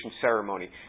ceremony